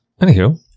anywho